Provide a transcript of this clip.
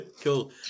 Cool